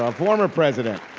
ah former president.